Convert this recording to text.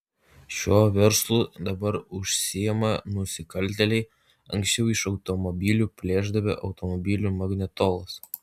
šiuo verslu dabar užsiima nusikaltėliai anksčiau iš automobilių plėšdavę automobilių magnetolas